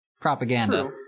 Propaganda